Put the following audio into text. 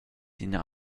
d’ina